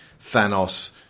Thanos